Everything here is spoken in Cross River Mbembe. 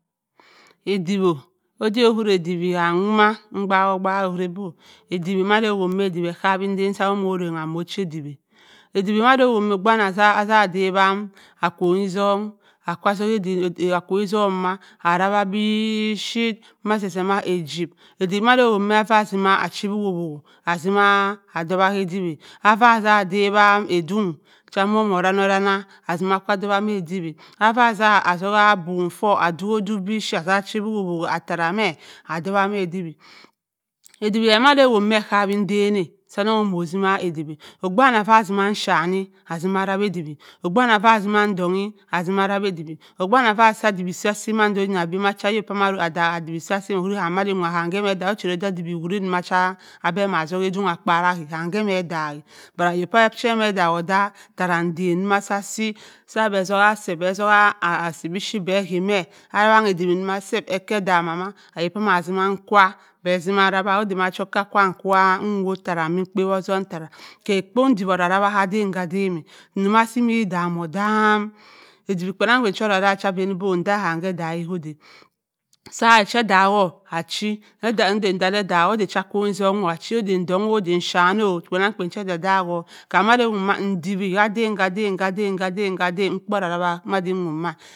Eduwi-o odik owuri edwi kam womea m baak ko mbaak-a owuri bo eduwi mẹ dẹ owu mẹ eduwi ekewi edan sa momo ramag ochi eduwi eduwi ma-dẹ owura mẹ ogbu wani atzah dawi akwohngi song ake zubua akwohngibong ma arawa biphyitt ma-zeh-zeh ma ejibh eduwi mado owobh me ava zima achi wo-wo atzima adowa ke eduwi ava sa dawaa edong cha momorang-orangha aka dowaa ma eduwi ava zah a dowa mbom fa adok-adoke biphyrit atzima chi voko-ovokko tara mẹ ma eduwi eduwi ke mado owuwa mẹ okawi edan-e momo simma eduwi ogbe wani echanni atzima rawi eduwi ogbe wani ava simma ndong-eẹ atzima rawi eduwi ogbe wani afa si edawi asi-asi mando oda ayok cha ma odami eduwi asi-asi owuribe kun madin wowaa kam bhamma edam o chani da aduwi wari macha bẹ atzubui adong akpara aha kaam emẹ edaak-a but cha peẹ mo odak-odaak hara eden asi sa bẹ atzubua sẹ asibihyit bẹ agaa mẹ awang ewudi mẽ selt ekke edamma oyok chama atzimm ekwaa bẹ atzimma arrawi odu macha okka kwaam ẹ wo ẹmẹkpa ozum thara kẹ okpo eduwi orra-rawi ka adam-adam ẹdomma simmi edam-odum eduwi cho rara-va abẹn bo kam kke odammi kkoda sa sẹ odak kwu achi oda cha eden oda cha akwonng isong oda ẹdonni oda ẹshanni ede-dak-oo kamm ma bi owowa eduwi ka-edan ka-edan ka-edan mkpo orarawi ma di owobha ma